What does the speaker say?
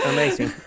Amazing